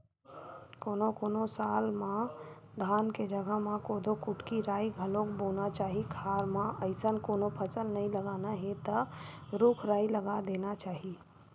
कोनो कोनो साल म धान के जघा म कोदो, कुटकी, राई घलोक बोना चाही खार म अइसन कोनो फसल नइ लगाना हे त रूख राई लगा देना चाही